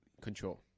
control